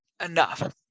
enough